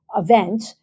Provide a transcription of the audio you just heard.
event